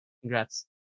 Congrats